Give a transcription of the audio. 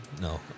no